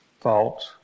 faults